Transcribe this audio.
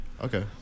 Okay